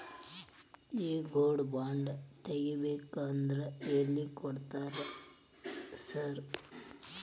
ಈ gold bond ತಗಾಬೇಕಂದ್ರ ಎಲ್ಲಿ ಕೊಡ್ತಾರ ರೇ ಸಾರ್?